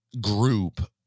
group